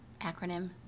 acronym